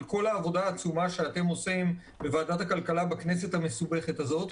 כל העבודה העצומה שאתם עושים בוועדת הכלכלה בכנסת המסובכת הזאת.